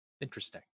Interesting